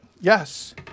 Yes